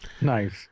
Nice